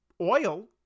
oil